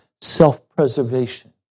self-preservation